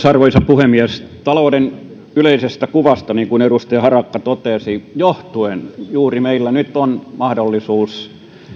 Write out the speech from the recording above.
arvoisa puhemies juuri talouden yleisestä kuvasta niin kuin edustaja harakka totesi johtuen meillä nyt on mahdollisuus